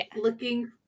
looking